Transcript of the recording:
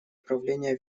управления